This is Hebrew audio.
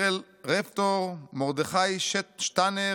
ברל רפטור, מרדכי שטנר,